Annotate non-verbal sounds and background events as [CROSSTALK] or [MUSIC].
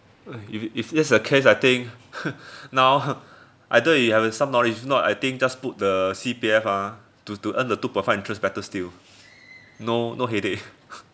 ah if if that's the case I think [LAUGHS] now either you have some knowledge or not I think just put the C_P_F ah to to earn the two point five interest better still no no headache [LAUGHS]